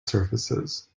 surfaces